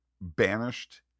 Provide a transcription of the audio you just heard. banished